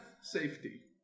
safety